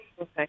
Okay